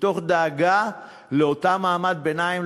מתוך דאגה לאותו מעמד ביניים,